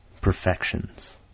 perfections